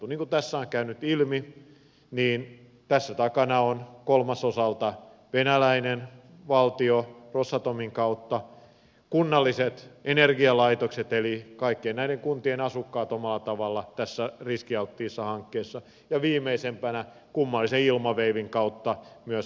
niin kuin tässä on käynyt ilmi tässä takana ovat kolmasosalta venäjän valtio rosatomin kautta kunnalliset energialaitokset eli kaikkien näiden kuntien asukkaat omalla tavallaan tässä riskialttiissa hankkeessa ja viimeisimpänä kummallisen ilmaveivin kautta myös valtionyhtiö fortum